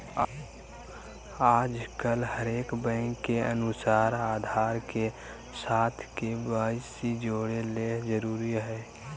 आजकल हरेक बैंक के अनुसार आधार के साथ के.वाई.सी जोड़े ल जरूरी हय